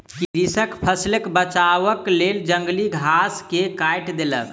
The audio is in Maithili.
कृषक फसिलक बचावक लेल जंगली घास के काइट देलक